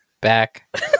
back